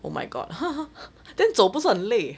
oh my god ha ha then 走不是很累